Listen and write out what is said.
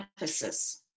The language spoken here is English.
emphasis